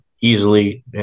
easily